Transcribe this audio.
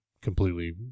Completely